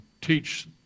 teach